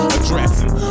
Addressing